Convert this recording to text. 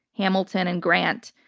hamilton and grant,